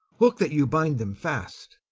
look that you bind them fast.